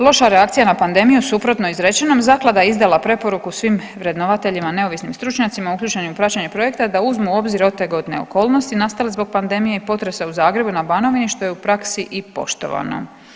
Loša reakcija na pandemiju, suprotno izrečenom zaklada je izdala preporuku svim vrednovateljima neovisnim stručnjacima uključenim u praćenje projekta da uzmu u obzir otegotne okolnosti nastale zbog pandemije i potresa u Zagrebu i na Banovni što je u praksi i poštovano.